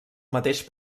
mateix